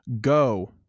go